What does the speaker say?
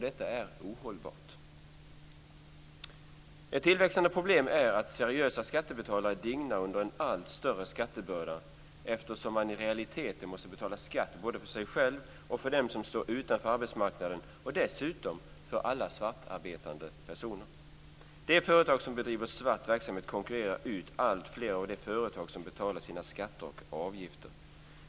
Detta är ohållbart. Ett tillväxande problem är att seriösa skattebetalare dignar under en allt större skattebörda, eftersom man i realiteten måste betala skatt både för sig själv och för dem som står utanför arbetsmarknaden och dessutom för alla svartarbetande personer. De företag som bedriver svart verksamhet konkurrerar ut alltfler av de företag som betalar sina skatter och avgifter.